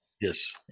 yes